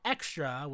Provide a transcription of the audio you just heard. Extra